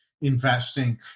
investing